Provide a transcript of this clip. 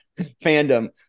fandom